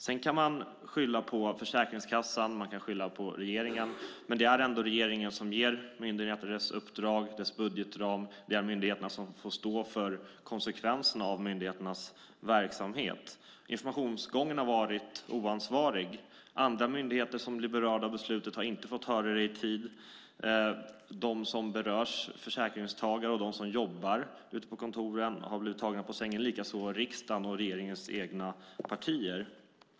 Sedan kan man skylla på Försäkringskassan, och man kan skylla på regeringen. Men det är ändå regeringen som ger myndigheter deras uppdrag och budgetram, och det är myndigheterna som får stå för konsekvenserna av sin verksamhet. Informationsgången har varit oansvarig. Andra myndigheter som blir berörda av beslutet har inte fått höra det i tid. De som berörs, försäkringstagare och de som jobbar ute på kontoren, har blivit tagna på sängen, likaså riksdagen och regeringens egna partier.